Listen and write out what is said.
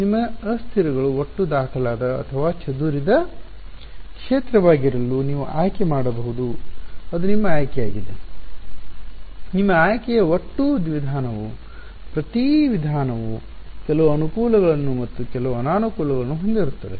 ನಿಮ್ಮ ಅಸ್ಥಿರಗಳು ಒಟ್ಟು ದಾಖಲಾದ ಅಥವಾ ಚದುರಿದ ಕ್ಷೇತ್ರವಾಗಿರಲು ನೀವು ಆಯ್ಕೆ ಮಾಡಬಹುದು ಅದು ನಿಮ್ಮ ಆಯ್ಕೆಯಾಗಿದೆ ನಿಮ್ಮ ಆಯ್ಕೆಯ ಒಟ್ಟು ವಿಧಾನವು ಪ್ರತಿ ವಿಧಾನವು ಕೆಲವು ಅನುಕೂಲಗಳನ್ನು ಮತ್ತು ಕೆಲವು ಅನಾನುಕೂಲಗಳನ್ನು ಹೊಂದಿರುತ್ತದೆ